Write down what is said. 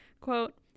quote